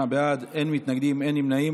38 בעד, אין מתנגדים, אין נמנעים.